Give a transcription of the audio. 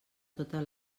tota